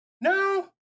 No